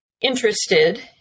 interested